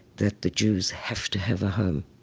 that the jews have to have a home.